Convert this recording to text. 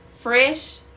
Fresh